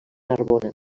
narbona